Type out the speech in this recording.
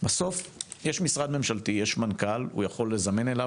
בסוף יש משרד ממשלתי יש מנכ"ל הוא יכול לזמן אליו